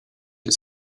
its